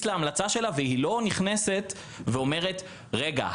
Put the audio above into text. להמלצה שלה והיא לא נכנסת ואומרת: רגע,